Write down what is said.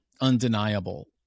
undeniable